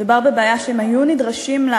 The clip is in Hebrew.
מדובר בבעיה שאם היו נדרשים לה